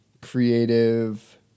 creative